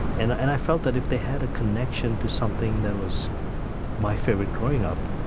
and and i felt that if they had a connection to something that was my favorite growing up,